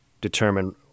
determine